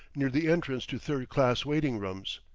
near the entrance to third-class waiting-rooms.